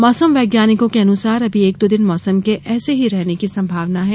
मौसम वैज्ञानिकों के अनुसार अभी एक दो दिन मौसम के ऐसे ही रहने की सम्भावना है